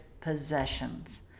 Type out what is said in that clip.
possessions